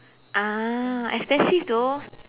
ah expensive though